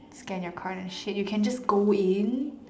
scan your card and shit you can just go in